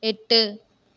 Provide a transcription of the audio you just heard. எட்டு